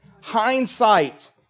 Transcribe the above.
Hindsight